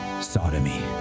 sodomy